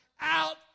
out